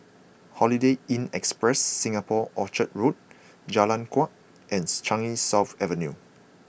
Holiday Inn Express Singapore Orchard Road Jalan Kuak and Changi South Avenue